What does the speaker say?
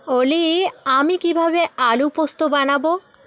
ওলি আমি কীভাবে আলুপোস্ত বানাব